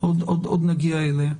עוד נגיע אליה.